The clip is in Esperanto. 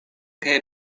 kaj